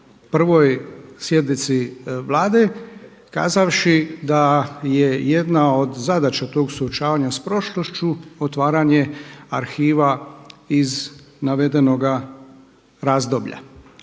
na 1. sjednici Vlade kazavši da je jedna od zadaća tog suočavanja sa prošlošću otvaranje arhiva iz navedenoga razdoblja.